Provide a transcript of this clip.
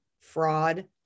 fraud